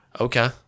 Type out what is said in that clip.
okay